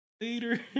Later